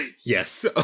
Yes